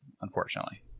unfortunately